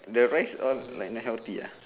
the rice all like not healthy ah